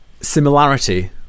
Similarity